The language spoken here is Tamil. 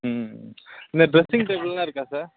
ம் இந்த ட்ரெஸ்ஸிங் டேபிளெலாம் இருக்கா சார்